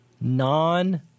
non